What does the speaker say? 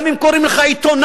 גם אם קוראים לך עיתונאי,